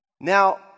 Now